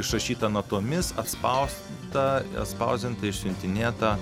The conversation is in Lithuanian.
išrašyta natomis atspausdinta atspausdinta išsiuntinėta